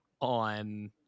on